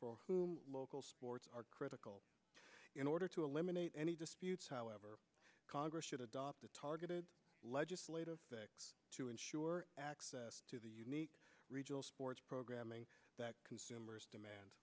for whom local sports are critical in order to eliminate any disputes however congress should adopt a targeted legislative fix to ensure access to the unique regional sports programming that consumers demand